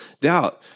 doubt